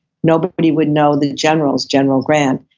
nobody would know the generals, general grant,